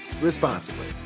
responsibly